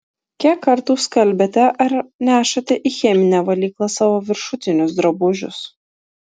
kiek kartų skalbiate ar nešate į cheminę valyklą savo viršutinius drabužius